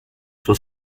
suo